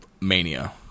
mania